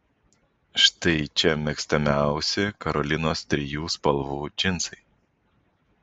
štai čia mėgstamiausi karolinos trijų spalvų džinsai